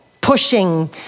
pushing